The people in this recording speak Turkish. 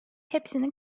hepsinin